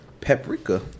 Paprika